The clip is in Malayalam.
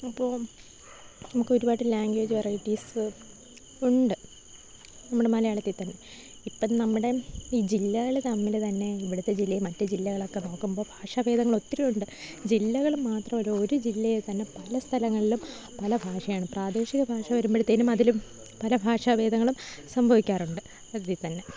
അപ്പോം നമുക്കൊരുപാട് ലാംഗ്വേജ് വെറൈറ്റീസ് ഉണ്ട് നമ്മുടെ മലയാളത്തീത്തന്നെ ഇപ്പോള് നമ്മുടെ ഈ ജില്ലകള് തമ്മില്തന്നെ ഇവടത്തെ ജില്ലയും മറ്റു ജില്ലകളൊക്കെ നോക്കുമ്പോള് ഭാഷാഭേദങ്ങളൊത്തിരിയുണ്ട് ജില്ലകള് മാത്രമല്ല ഒരു ജില്ലയിൽത്തന്നെ പല സ്ഥലങ്ങളിലും പല ഭാഷയാണ് പ്രാദേശിക ഭാഷ വരുമ്പോഴത്തേനും അതില് പല ഭാഷാഭേദങ്ങളും സംഭവിക്കാറുണ്ട് അതീത്തന്നെ